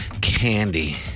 Candy